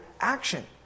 action